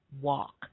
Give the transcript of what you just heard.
walk